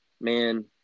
man